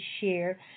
share